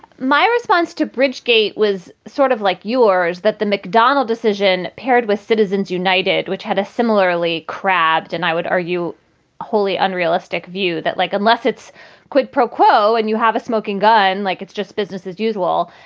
my response to bridge gate was sort of like yours, that the mcdonnell decision paired with citizens united, which had a similarly crabbed and i would argue wholly unrealistic view that like unless it's quid pro quo and you have a smoking gun like it's just business as usual,